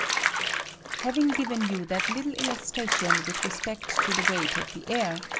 having given you that little illustration with respect to the weight of the air,